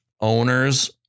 owners